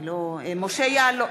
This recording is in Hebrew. אני לא, משה יעלון,